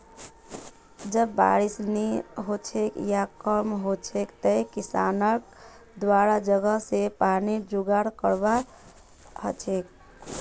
जब बारिश नी हछेक या कम हछेक तंए किसानक दुसरा जगह स पानीर जुगाड़ करवा हछेक